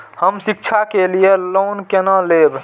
हम शिक्षा के लिए लोन केना लैब?